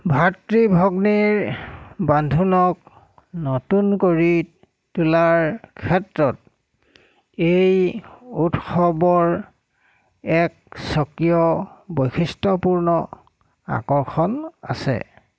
ভাতৃ ভগ্নীৰ বান্ধোনক নতুন কৰি তোলাৰ ক্ষেত্ৰত এই উৎসৱৰ এক স্বকীয় বৈশিষ্ট্যপূৰ্ণ আকৰ্ষণ আছে